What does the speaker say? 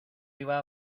iba